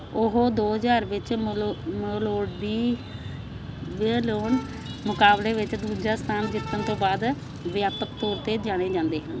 ਉਹ ਦੋ ਹਜ਼ਾਰ ਵਿੱਚ ਮੇਲੋ ਮੇਲੋਡੀਵੀਲੋਮ ਮੁਕਾਬਲੇ ਵਿੱਚ ਦੂਜਾ ਸਥਾਨ ਜਿੱਤਣ ਤੋਂ ਬਾਅਦ ਵਿਆਪਕ ਤੌਰ 'ਤੇ ਜਾਣੇ ਜਾਂਦੇ ਹਨ